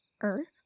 Earth